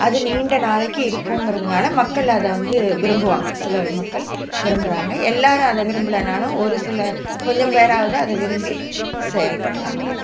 அது நீண்ட நாளைக்கு இருக்குங்கிறதுனால மக்கள் அதை வந்து விரும்புவாங்க சில மக்கள் விரும்புகிறாங்க எல்லோரும் அதை விரும்பலனாலும் ஒரு சில கொஞ்சம் பேராவது அதை விரும்பி செயல்படுகிறாங்க